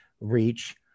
Reach